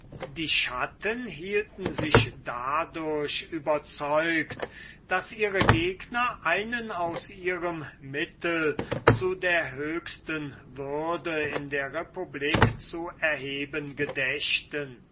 die schatten hielten sich dadurch überzeugt daß ihre gegner einen aus ihrem mittel zu der höchsten würde in der republik zu erheben gedächten